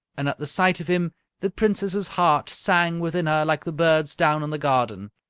and at the sight of him the princess's heart sang within her like the birds down in the garden.